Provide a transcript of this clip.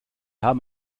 haben